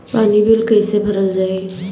पानी बिल कइसे भरल जाई?